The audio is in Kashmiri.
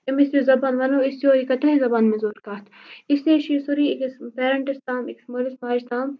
أمِس یہِ زبان وَنو أسۍ یورٕ یہِ کَرِ تٔتھۍ زبانہِ مَنز اورٕ کَتھ اسلیے چھُ یہِ سورُے أکِس پیرَنٹَس تام أکِس مٲلِس ماجہِ تام